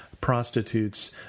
prostitutes